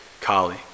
Kali